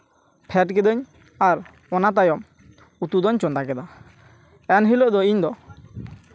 ᱯᱷᱮᱰ ᱠᱤᱫᱟᱹᱧ ᱟᱨ ᱚᱱᱟ ᱛᱟᱭᱚᱢ ᱩᱛᱩᱫᱚᱧ ᱪᱚᱸᱫᱟ ᱠᱮᱫᱟ ᱮᱱᱦᱤᱞᱳᱜ ᱫᱚ ᱤᱧ ᱫᱚ